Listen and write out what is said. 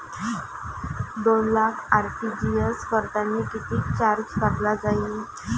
दोन लाख आर.टी.जी.एस करतांनी कितीक चार्ज कापला जाईन?